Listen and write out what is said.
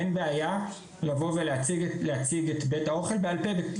אין בעיה לבוא ולהציג את בית האוכל בעל פה.